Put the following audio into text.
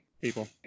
people